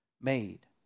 made